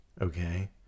Okay